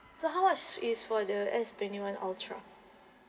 so how much is for the S twenty one ultra